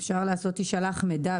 אפשר לעשות "יישלח מידע",